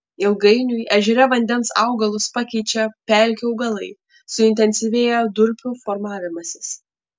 ilgainiui ežere vandens augalus pakeičia pelkių augalai suintensyvėja durpių formavimasis